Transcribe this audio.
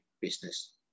business